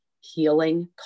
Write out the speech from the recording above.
healing